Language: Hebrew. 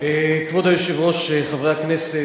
כבוד היושב-ראש, חברי הכנסת,